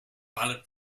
valid